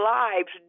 lives